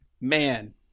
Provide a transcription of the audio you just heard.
Man